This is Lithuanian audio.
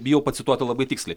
bijau pacituoti labai tiksliai